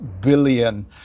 billion